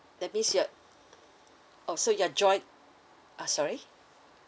that means you're orh so you have joined uh sorry